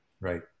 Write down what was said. Right